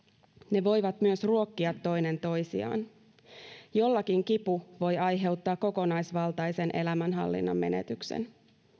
ne voivat myös ruokkia toinen toisiaan jollakin kipu voi aiheuttaa kokonaisvaltaisen elämänhallinnan menetyksen